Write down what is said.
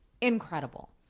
Incredible